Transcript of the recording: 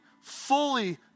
fully